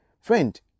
Friend